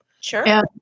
Sure